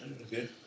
Okay